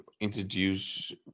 introduce